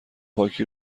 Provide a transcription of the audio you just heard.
پاکی